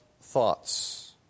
thoughts